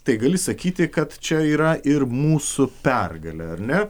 tai gali sakyti kad čia yra ir mūsų pergalė ar ne